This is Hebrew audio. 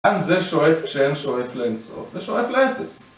לאן זה שואף כש-n שואף לאינסוף? זה שואף לאפס